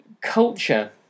culture